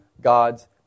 God's